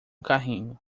carrinho